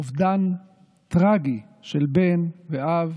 אובדן טרגי של בן, אב,